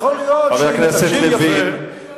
יכול להיות שאם תקשיב יפה, תלמד משהו.